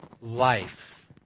life